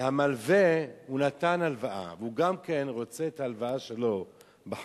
והמלווה נתן הלוואה וגם הוא רוצה את ההלוואה שלו בחזרה.